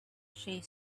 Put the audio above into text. she